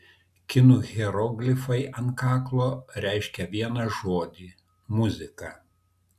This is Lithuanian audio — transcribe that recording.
kinų hieroglifai ant kaklo reiškia vieną žodį muzika